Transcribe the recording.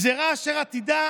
גזרה אשר עתידה